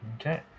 Okay